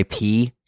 IP